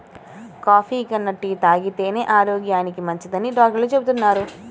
coffee కన్నా tea తాగితేనే ఆరోగ్యానికి మంచిదని డాక్టర్లు చెబుతున్నారు